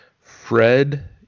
Fred